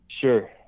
Sure